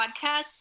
podcast